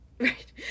Right